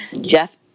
Jeff